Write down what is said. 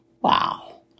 Wow